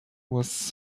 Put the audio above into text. was